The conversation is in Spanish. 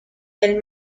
del